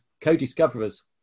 co-discoverers